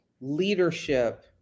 leadership